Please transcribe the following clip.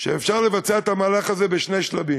שאפשר לבצע את המהלך הזה בשני שלבים.